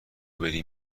بری